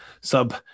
sub-